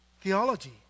theology